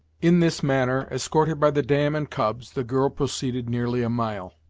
in this manner, escorted by the dam and cubs, the girl proceeded nearly a mile,